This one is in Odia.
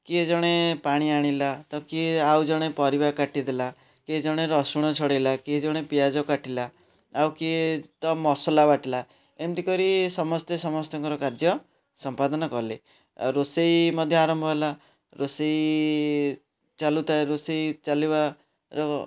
କିଏ ଜଣେ ପାଣି ଆଣିଲା ତ କିଏ ଆଉ ଜଣେ ପରିବା କାଟିଦେଲା କିଏ ଜଣେ ରସୁଣ ଛଡ଼େଇଲା କିଏ ଜଣେ ପିଆଜ କାଟିଲା ଆଉ କିଏ ତ ମସଲା ବାଟିଲା ଏମିତି କରି ସମସ୍ତେ ସମସ୍ତଙ୍କର କାର୍ଯ୍ୟ ସମ୍ପାଦନ କଲେ ଆଉ ରୋଷେଇ ମଧ୍ୟ ଆରମ୍ଭ ହେଲା ରୋଷେଇ ଚାଲୁଥାଏ ରୋଷେଇ ଚାଲିବାର